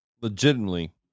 legitimately